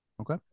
okay